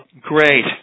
great